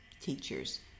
teachers